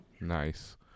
Nice